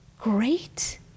Great